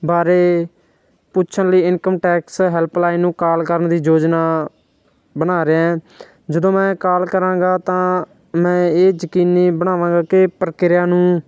ਬਾਰੇ ਪੁੱਛਣ ਲਈ ਇਨਕਮ ਟੈਕਸ ਹੈਲਪਲਾਈਨ ਨੂੰ ਕਾਲ ਕਰਨ ਦੀ ਯੋਜਨਾ ਬਣਾ ਰਿਹਾ ਜਦੋਂ ਮੈਂ ਕਾਲ ਕਰਾਂਗਾ ਤਾਂ ਮੈਂ ਇਹ ਯਕੀਨੀ ਬਣਾਵਾਂਗਾ ਕਿ ਪ੍ਰਕਿਰਿਆ ਨੂੰ